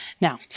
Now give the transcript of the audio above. Now